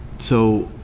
so,